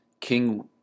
King